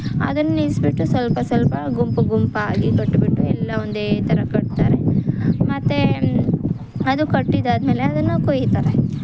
ಅದನ್ನ ನಿಲ್ಲಿಸ್ಬಿಟ್ಟು ಸ್ವಲ್ಪ ಸಲ್ಪ ಗುಂಪು ಗುಂಪಾಗಿ ಕಟ್ಬಿಟ್ಟು ಎಲ್ಲ ಒಂದೇ ಥರ ಕಟ್ತಾರೆ ಮತ್ತೆ ಅದು ಕಟ್ಟಿದ್ದಾದ್ಮೇಲೆ ಅದನ್ನು ಕೊಯ್ತಾರೆ